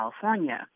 California